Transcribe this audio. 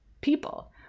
people